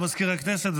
מזכיר הכנסת,